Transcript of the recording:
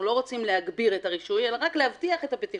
כי הרי אנחנו לא רוצים להגביר את הרישוי אלא רק להבטיח את הבטיחות.